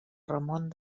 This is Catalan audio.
ramon